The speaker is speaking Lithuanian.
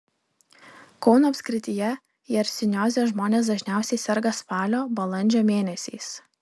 kauno apskrityje jersinioze žmonės dažniausiai serga spalio balandžio mėnesiais